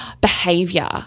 behavior